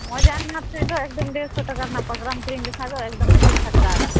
ᱢᱚᱡᱽ ᱟᱜ ᱢᱮᱱᱟᱜ ᱥᱮᱫᱚ ᱮᱠᱫᱚᱢ ᱰᱮᱲᱥᱚ ᱴᱟᱠᱟ ᱨᱮᱱᱟᱜ ᱯᱟᱜᱽᱨᱟᱢ ᱠᱤᱨᱤᱧ ᱞᱮᱠᱷᱟᱱ ᱫᱚ ᱮᱠᱫᱚᱢ ᱟᱹᱰᱤ ᱡᱷᱟᱠᱟᱥ